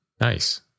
Nice